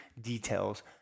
details